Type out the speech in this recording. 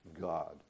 God